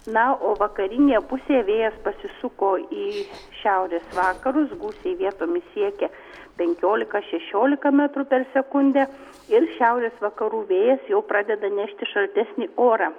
na o vakarinėje pusėje vėjas pasisuko į šiaurės vakarus gūsiai vietomis siekia penkiolika šešiolika metrų per sekundę ir šiaurės vakarų vėjas jau pradeda nešti šaltesnį orą